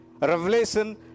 Revelation